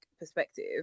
perspective